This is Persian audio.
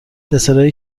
دسرایی